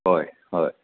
होय होय